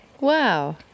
Wow